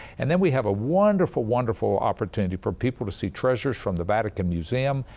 and then we have a wonderful, wonderful opportunity for people to see treasures from the vatican museum,